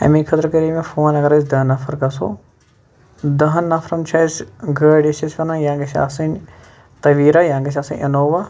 اَمے خٲطرٕ کَرے مےٚ فون اَگرأسۍ دہ نَر گژھو دہن نفرَن چھُ اَسہِ گٲڑ چھِ أسۍ وَنان یا گژھِ اَسہِ آسٕنۍ تَویرا یا گژھِ آسٕنۍ انووا